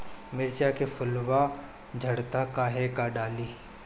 मिरचा के फुलवा झड़ता काहे का डाली?